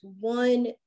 one